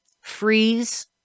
freeze